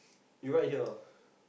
you ride here